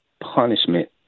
punishment